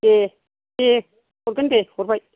दे दे दे हरगोन दे हरबाय